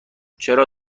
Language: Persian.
چرا